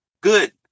good